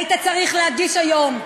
היית צריך להגיש לכנסת היום,